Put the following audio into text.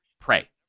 pray